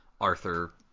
Arthur